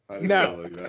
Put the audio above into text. No